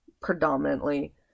predominantly